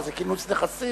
מה, זה כינוס נכסים?